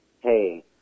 hey